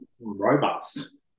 robust